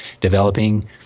developing